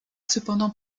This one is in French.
cependant